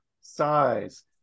size